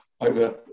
over